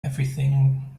everything